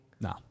No